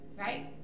Right